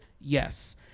Yes